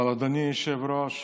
אדוני היושב-ראש,